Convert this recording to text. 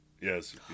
Yes